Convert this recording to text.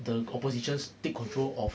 the opposition's take control of